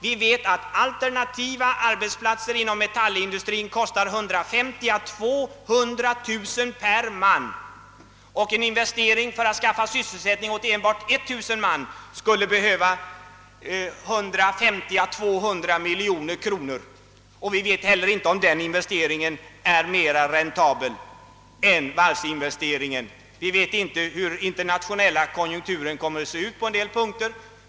Vi vet att alternativa arbetsplatser inom metallindustrin kostar 150 000 å 200000 kronor per man och att en investering för att skaffa sysselsättning åt enbart 1000 man skulle kräva 150 miljoner å 200 miljoner kronor, men vi vet inte om den investeringen är mera räntabel än varvsinvesteringen. Vi känner inte till hurdan den internationella konjunkturen kommer att vara på vissa punkter.